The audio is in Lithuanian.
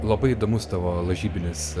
labai įdomus tavo lažybinis